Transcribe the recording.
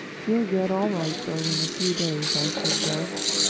he'll get all right though in a few days i should judge.